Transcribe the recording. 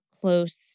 close